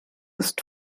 ist